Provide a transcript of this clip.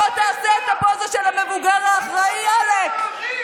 בוא תעשה את הפוזה של המבוגר האחראי עלק,